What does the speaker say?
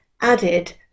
added